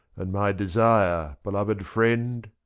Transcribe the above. and my desire. beloved friend,